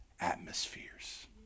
atmospheres